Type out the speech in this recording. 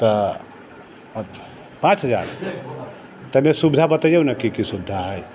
तऽ पाँच हजार तने सुविधा बतेबिओ ना की की सुविधा है